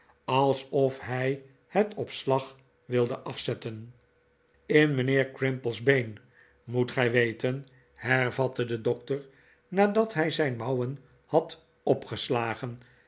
alsof hij het op slag wilde afzetten in mijnheer crimple's been moet gij weten hervatte de dokter nadat hij zijn mouwen had opgeslagen